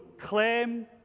claim